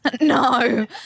No